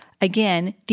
Again